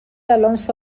alonso